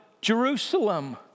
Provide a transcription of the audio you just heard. Jerusalem